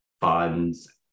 funds